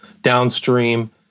downstream